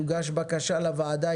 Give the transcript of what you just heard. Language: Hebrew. תוגש בקשה לוועדה,